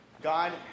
God